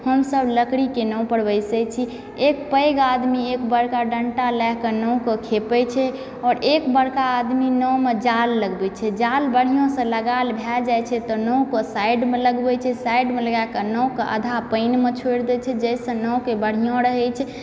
हमसभ लकड़ी के नाव पर बैसै छी एक पैघ आदमी एक बड़का डंटा लए कऽ नाव के खेबै छै आओर एक बड़का आदमी नाव मे जाल लगबै छै जाल बढ़िऑं सऽ लगाएल भऽ जाइ छै तऽ नाव के साइड मे लगबै छै साइड मे लगाके नाव के आधा पानि मे छोड़ि दै छै जेहि सऽ नाव के बढ़िऑं रहै छै